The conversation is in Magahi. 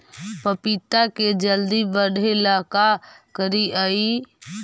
पपिता के जल्दी बढ़े ल का करिअई?